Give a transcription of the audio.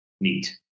Neat